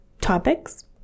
Topics